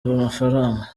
amafaranga